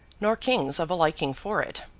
nor kings of a liking for it.